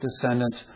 descendants